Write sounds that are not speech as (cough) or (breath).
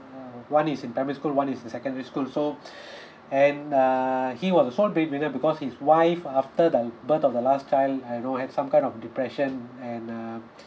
uh one is in primary school one is the secondary school so (breath) and err he was the sole breadwinner because his wife after the birth of the last child I know have some kind of depression and uh